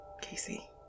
Casey